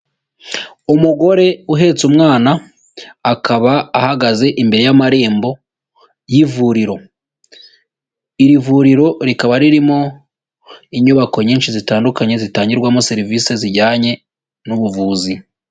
Umugore uhetse umwana akaba ahagaze imbere y'amarembo y'ivuriro, iri vuriro rikaba ririmo inyubako nyinshi zitandukanye zitangirwamo serivisi zijyanye n'ubuvuzi.